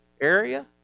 area